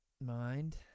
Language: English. mind